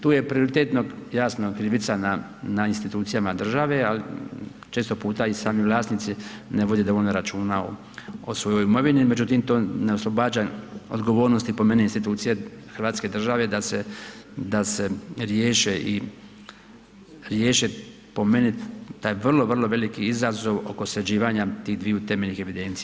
Tu je prioritetno jasno krivica na institucijama države, ali često puta i sami vlasnici ne vode dovoljno računa o svojoj imovini, međutim to ne oslobađa odgovornosti po meni institucije Hrvatske države da se, da se riješe po meni taj vrlo, vrlo veliki izazov oko sređivanja tih dviju temeljnih evidencija.